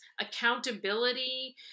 accountability